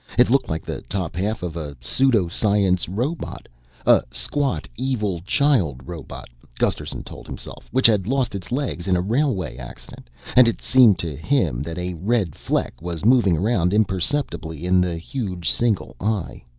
it looked like the top half of a pseudo-science robot a squat evil child robot, gusterson told himself, which had lost its legs in a railway accident and it seemed to him that a red fleck was moving around imperceptibly in the huge single eye.